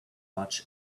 much